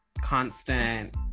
constant